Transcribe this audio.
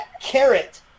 carrot